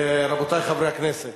רבותי חברי הכנסת.